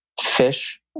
Fish